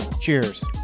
cheers